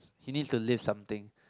he needs to lift something